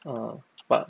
oh but